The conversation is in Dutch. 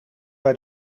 bij